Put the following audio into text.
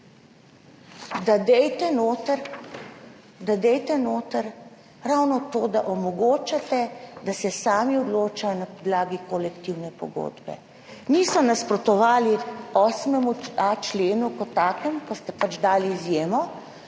ga dajte noter, ravno to, da omogočite, da se sami odločajo na podlagi kolektivne pogodbe. Niso nasprotovali 8.a členu kot takemu, ko ste dali izjemo,